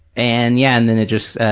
and yeah, and then it just,